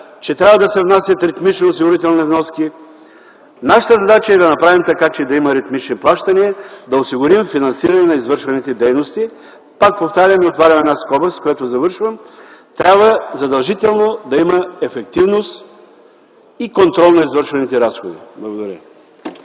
че трябва да си внасят ритмично осигурителни вноски. Нашата задача е да направим така, че да има ритмични плащания, да осигурим финансиране на извършваните дейности. Пак повтарям и отварям една скоба, с която завършвам – трябва задължително да има ефективност и контрол на извършваните разходи. Благодаря.